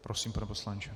Prosím, pane poslanče.